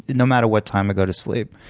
no matter what time i go to sleep,